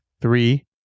three